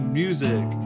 music